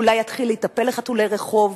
אולי יתחיל להיטפל לחתולי רחוב,